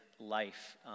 life